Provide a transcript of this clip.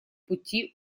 пути